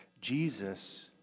Jesus